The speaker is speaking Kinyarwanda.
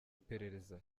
iperereza